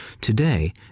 today